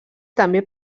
també